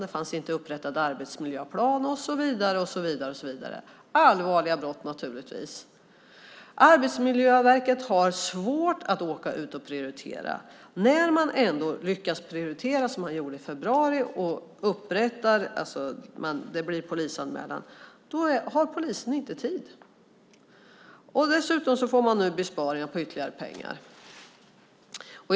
Det finns ingen upprättad arbetsmiljöplan och så vidare. Det är naturligtvis allvarliga brott. Arbetsmiljöverket har svårt att åka ut och prioritera. När man ändå lyckas prioritera, som man gjorde i februari, och det blir en polisanmälan har polisen inte tid. Dessutom blir det nu ytterligare besparingar.